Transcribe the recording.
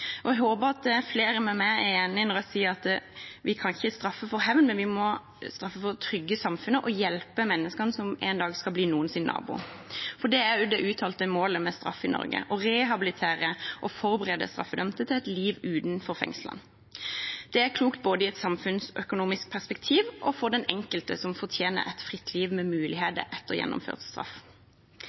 er enig med meg når jeg sier at vi ikke kan straffe for hevn, men at vi må straffe for å trygge samfunnet og hjelpe menneskene som en dag skal bli noens nabo. Det er også det uttalte målet med straff i Norge å rehabilitere og forberede straffedømte til et liv utenfor fengselet. Det er klokt både i et samfunnsøkonomisk perspektiv og for den enkelte, som fortjener et fritt liv med muligheter etter gjennomført straff.